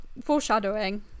foreshadowing